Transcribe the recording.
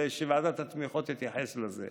ושוועדת התמיכות תתייחס לזה.